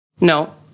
No